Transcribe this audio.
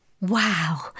Wow